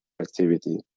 activity